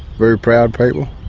very proud people.